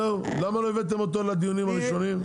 למה לא הבאתם אותו לדיונים הראשונים?